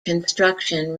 construction